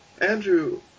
Andrew